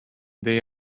they